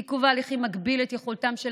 עיכוב ההליכים מגביל את יכולתם של